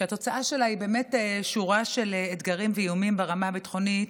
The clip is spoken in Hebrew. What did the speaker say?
שהתוצאה שלה היא שורה של אתגרים ואיומים ברמה הביטחונית,